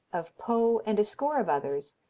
of poe, and a score of others,